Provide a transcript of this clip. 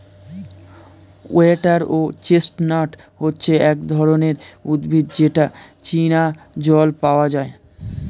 water chestnut হচ্ছে এক ধরনের উদ্ভিদ যেটা চীনা জল পাওয়া যায়